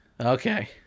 okay